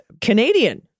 Canadian